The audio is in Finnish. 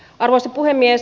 arvoisa puhemies